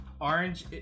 Orange